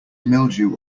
mildew